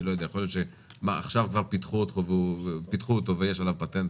יכול להיות שעכשיו כבר פיתחו אותו ויש עליו פטנט,